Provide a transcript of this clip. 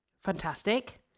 Fantastic